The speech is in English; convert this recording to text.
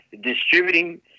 distributing